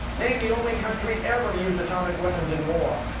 name the only country ever to use atomic weapons in war.